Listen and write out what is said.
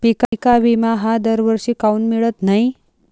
पिका विमा हा दरवर्षी काऊन मिळत न्हाई?